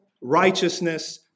righteousness